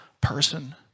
person